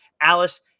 Alice